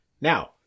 Now